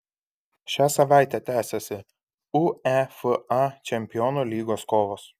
šią savaitę tęsiasi uefa čempionų lygos kovos